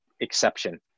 exception